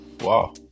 Wow